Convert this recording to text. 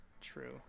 true